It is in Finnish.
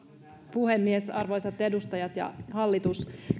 puhemies arvoisat edustajat ja hallitus